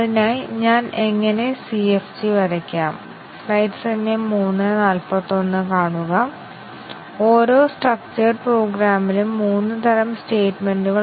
അതിനാൽ ഈ രണ്ട് കംപോണൻറ് വ്യവസ്ഥകളും ശരിയും തെറ്റായ മൂല്യങ്ങളും എടുത്തിട്ടുണ്ട് എന്നാൽ ഓരോ തവണയും ഡിസിഷൻ തെറ്റായി വിലയിരുത്തുന്നു